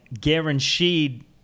guaranteed